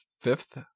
fifth